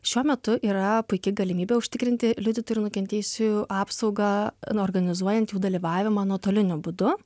šiuo metu yra puiki galimybė užtikrinti liudytojų ir nukentėjusių apsaugą nu organizuojant jų dalyvavimą nuotoliniu būdu